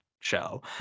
show